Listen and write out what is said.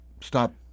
stop